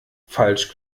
falsch